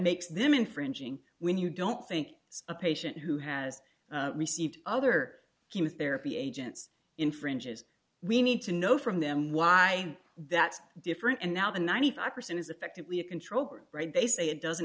makes them infringing when you don't think it's a patient who has received other chemotherapy agents infringes we need to know from them why that's different and now the ninety five percent is effectively a control over right they say it doesn't